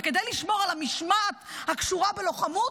וכדי לשמור על המשמעת הקשורה בלוחמות,